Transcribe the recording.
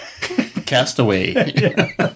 Castaway